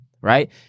right